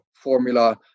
Formula